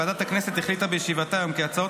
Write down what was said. ועדת הכנסת החליטה בישיבתה היום כי הצעות